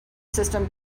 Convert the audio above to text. system